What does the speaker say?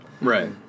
Right